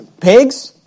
pigs